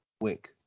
wink